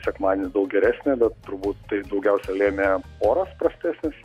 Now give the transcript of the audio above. sekmadienį daug geresnė bet turbūt tai daugiausiai lėmė oras prastesnis